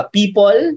people